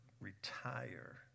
retire